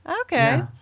Okay